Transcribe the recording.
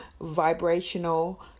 vibrational